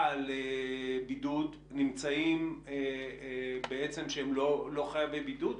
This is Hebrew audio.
על בידוד נמצאים בעצם שהם לא חייבי בידוד?